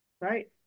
Right